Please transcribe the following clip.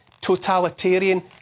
totalitarian